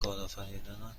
کارآفرینان